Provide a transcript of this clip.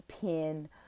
pin